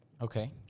Okay